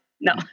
No